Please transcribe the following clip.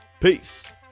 Peace